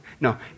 No